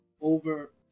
over